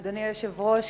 אדוני היושב-ראש,